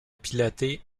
piloter